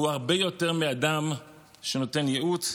הוא הרבה יותר מאדם שנותן ייעוץ,